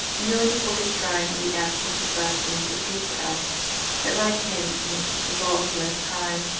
kneeling before his shrine, we ask him to bless and intercede for us, that like him we may keep the law of the most high,